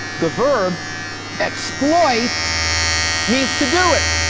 the verb exploit means to do it.